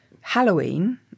Halloween